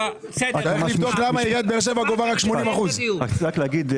צריך לבדוק למה עיריית באר שבע גובה רק 80%. רציתי רק להגיד,